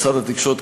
משרד התקשורת,